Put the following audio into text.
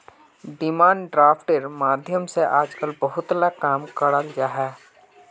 demand ड्राफ्टेर माध्यम से आजकल बहुत ला काम कराल जाहा